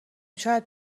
شاید